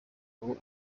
ubu